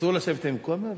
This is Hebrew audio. אסור לשבת עם כומר?